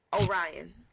Orion